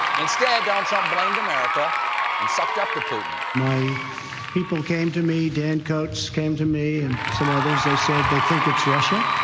instead donald trump blamed america and sucked up to putin. people came to me, dan coates came to me and some others. they said they think it's russia.